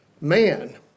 man